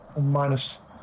Minus